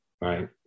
right